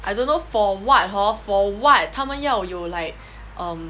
I don't know for what hor for what 他们要有 like um